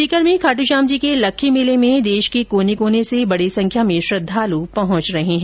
सीकर में खाटूश्याम जी के लक्खी मेले में देश के कोने कोने से बडी संख्या में श्रद्वाल पहुंच रहे है